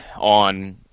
on